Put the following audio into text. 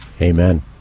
Amen